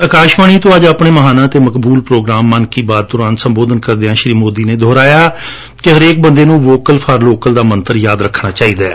ਅਕਾਸ਼ਵਾਣੀ ਤੋਂ ਅੱਜ ਆਪਣੇ ਮਹਾਨਾ ਅਤੇ ਮਕਬੂਲ ਪ੍ਰੋਗਰਾਮ ਮਨ ਕੀ ਬਾਤ ਦੌਰਾਨ ਸੰਬੋਧਨ ਕਰਦਿਆਂ ਸ੍ਰੀ ਮੋਦੀ ਨੇ ਦੁਹਰਾਇਆ ਕਿ ਹਰੇਕ ਬੰਦੇ ਨੂੰ ਵੋਕਲ ਫਾਰ ਲੋਕਲ ਦਾ ਮੰਤਰ ਯਾਦ ਰੱਖਣਾ ਚਾਹੀਦੈ